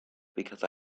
because